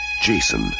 Jason